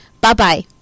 Bye-bye